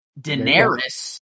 Daenerys